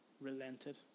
relented